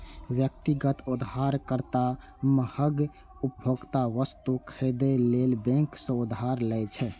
व्यक्तिगत उधारकर्ता महग उपभोक्ता वस्तु खरीदै लेल बैंक सं उधार लै छै